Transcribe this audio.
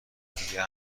دیگه